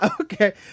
Okay